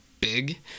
big